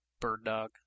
Bird-dog